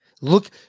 look